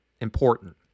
important